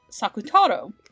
Sakutaro